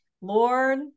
lord